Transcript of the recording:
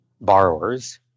borrowers